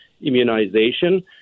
Immunization